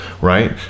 right